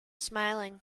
smiling